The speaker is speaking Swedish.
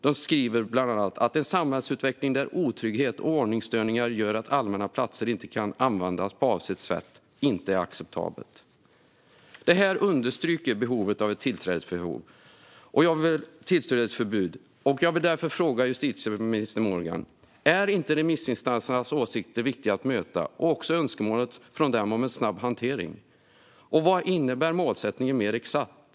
De skriver bland annat följande: "En samhällsutveckling där otrygghet och ordningsstörningar gör att allmänna platser inte kan användas på avsett sätt är inte acceptabel." Detta understryker behovet av ett tillträdesförbud. Jag vill därför fråga justitieminister Morgan Johansson: Är inte remissinstansernas åsikter viktiga att möta och också önskemålet från dem om en snabb hantering? Vad innebär målsättningen mer exakt?